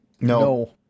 No